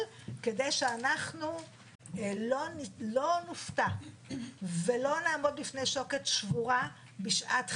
כדי שאנחנו לא נופתע ולא נעמוד בפני שוקת שבורה בשעת חירום.